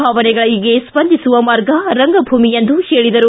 ಭಾವನೆಗಳಗೆ ಸ್ಪಂದಿಸುವ ಮಾರ್ಗ ರಂಗಭೂಮಿ ಎಂದು ಹೇಳಿದರು